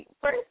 first